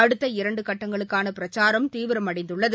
அடுத்த இரண்டு கட்டங்களுக்கான பிரச்சாரம் தீவிரம் அடைந்துள்ளது